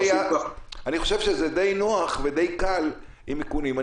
אני חושב שזה די נוח ודי קל עם איכונים.